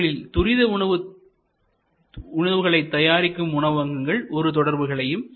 இவர்களில் துரிதஉணவுகளைத் தயாரிக்கும் உணவகங்கள் ஒரு தொடர்புகளையும்